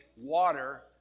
water